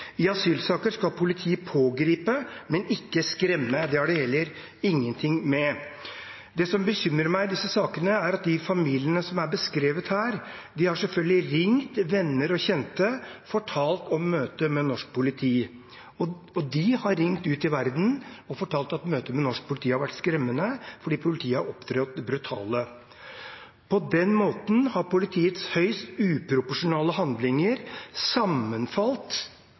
I asylsaker skal politiet pågripe, men ikke skremme – det har de heller ingenting med. Det som bekymrer meg i disse sakene, er at de familiene som er beskrevet her, selvfølgelig har ringt til venner og kjente og fortalt om møtet med norsk politi. De har ringt ut i verden og fortalt at møtet med norsk politi har vært skremmende fordi politiet har opptrådt brutalt. På den måten har politiets høyst uproporsjonale handlinger sammenfalt